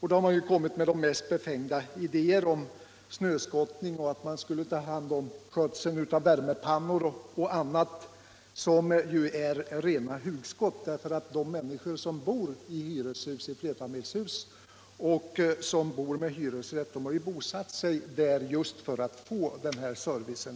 Man har fått fram de mest befängda idéer om att hyresgästerna skulle skotta snö, ta hand om skötseln av värmepannor och annat. Sådana idéer är rena hugskott; de människor som bor i flerfamiljshus med hyresrätt har ju bosatt sig där just för att få den här servicen.